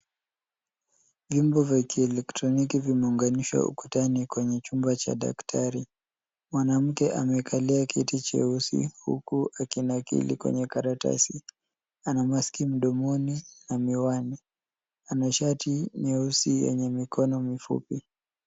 Vyombo vya kielektroniki vimeunganishwa ukutani kwenye chumba cha daktari. Mwanamke amekalia kiti cheusi huku akinakili kwenye karatasi. Ana maski mdomoni na miwani. Ana shati nyeusi yenye mikono mifupi.